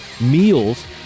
meals